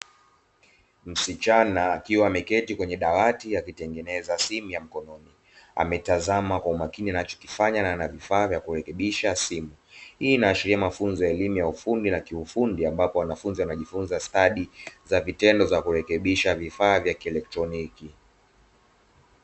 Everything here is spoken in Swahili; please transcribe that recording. Msichana akiwa ameketi kwenye dawati, akitengeneza simu ya mkononi. Ametazama kwa umakini anachokifanya ana vifaa vya kurekebisha simu. Hii inaashiria mafunzo ya elimu ya ufundi na kiufundi, ambapo wanafunzi wanajifunza stadi za vitendo za kurekebisha vifaa vya kieletroniki.